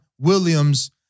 Williams